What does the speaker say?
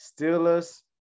Steelers